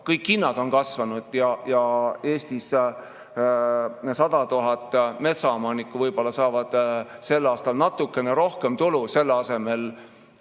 kõik hinnad on kasvanud, ja Eestis 100 000 metsaomanikku võib‑olla saavad sel aastal natukene rohkem tulu, selle asemel